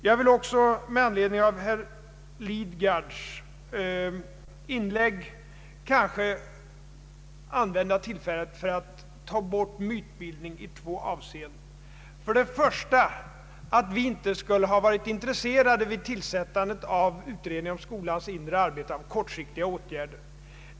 Jag vill också med anledning av herr Lidgards inlägg begagna tillfället att ta bort mytbildning i två avseenden. Vi skulle vid tillsättandet av utredningen om skolans inre arbete inte ha varit intresserade av kortsiktiga åtgärder.